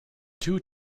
two